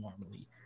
normally